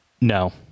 No